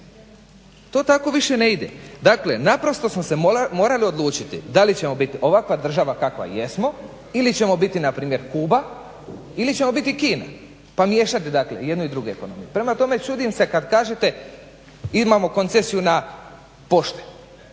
to tako više ne ide. Dakle naprosto smo se morali odlučiti da li ćemo biti ovakva država kakva jesmo ili ćemo biti npr. Kuba ili ćemo biti Kina pa miješat dakle i jednu i drugu ekonomiju. Prema tome, čudim se kad kažete imamo koncesiju na pošti